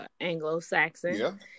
Anglo-Saxon